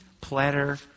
platter